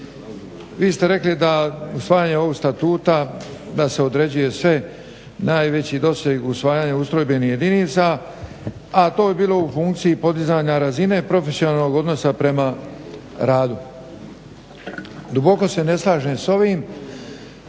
vi ste rekli da usvajanjem ovog statuta da se određuje najveći doseg usvajanju ustrojbenih jedinica a to bi bilo u funkciji podizanja razine profesionalnog odnosa prema radu. Duboko se ne slažem s ovim,